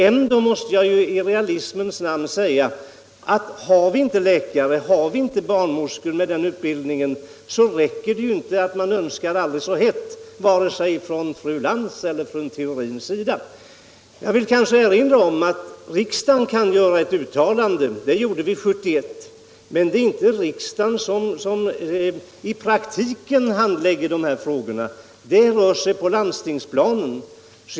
Ändå måste jag i realismens namn säga att har vi inte läkare, och har vi inte barnmorskor med ifrågavarande utbildning, så räcker det inte att vi önskar aldrig så hett — det räcker inte vare sig önskningarna kommer från fru Lantz eller från fru Theorin. Jag vill erinra om att riksdagen kan göra ett uttalande — det gjorde vi 1971 — men det är inte riksdagen som i praktiken handlägger dessa frågor. Handläggningen sker på landstingsplanet.